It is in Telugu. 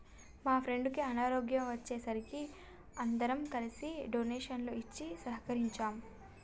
మా ఫ్రెండుకి అనారోగ్యం వచ్చే సరికి అందరం కలిసి డొనేషన్లు ఇచ్చి సహకరించాం